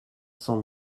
cents